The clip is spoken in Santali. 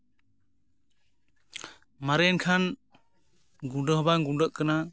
ᱢᱟᱨᱮᱭᱮᱱ ᱠᱷᱟᱱ ᱜᱩᱸᱰᱟᱹ ᱦᱚᱸ ᱵᱟᱝ ᱜᱩᱸᱰᱟᱹᱜ ᱠᱟᱱᱟ